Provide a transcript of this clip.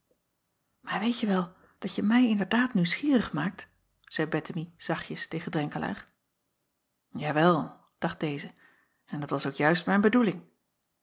aar weetje wel dat je mij inderdaad nieuwsgierig maakt zeî ettemie zachtjes tegen renkelaer awel dacht deze en dat was ook juist mijn bedoeling